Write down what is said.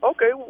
Okay